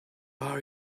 are